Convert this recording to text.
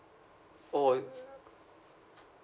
oh